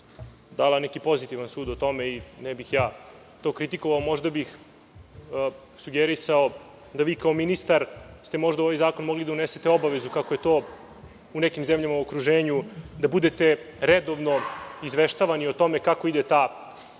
je dala neki pozitivan sud o tome i ne bih to kritikovao, možda bih sugerisao da vi kao ministar ste možda mogli u ovaj zakon da unesete obavezu kako je to u nekim zemljama u okruženju, da budete redovno izveštavani o tome kako ide ta